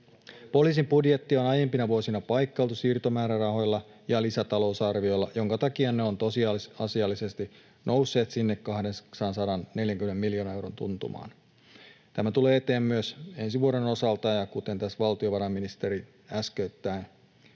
Poliisin budjettia on aiempina vuosina paikkailtu siirtomäärärahoilla ja lisätalousarvioilla, minkä takia ne ovat tosiasiallisesti nousseet sinne 840 miljoonan euron tuntumaan. Tämä tulee eteen myös ensi vuoden osalta, kuten tässä valtiovarainministeri äskettäin